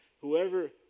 Whoever